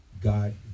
God